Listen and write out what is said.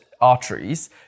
arteries